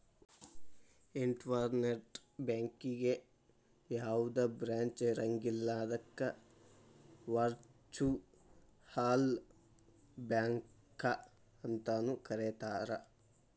internet ಬ್ಯಾಂಕಿಗೆ ಯಾವ್ದ branch ಇರಂಗಿಲ್ಲ ಅದಕ್ಕ ವರ್ಚುಅಲ್ ಬ್ಯಾಂಕ ಅಂತನು ಕರೇತಾರ